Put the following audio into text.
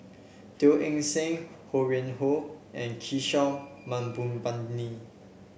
Teo Eng Seng Ho Yuen Hoe and Kishore Mahbubani